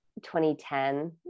2010